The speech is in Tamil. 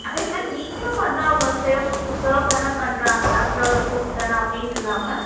அதேமாதிரி நீங்களும் வந்து அவங்க சேவ் சர்வ் தானே பண்ணுறாங்க ஆஃப்ட்ர் ஆல் ஒரு குக் தானே அப்படின்னு இல்லாமல்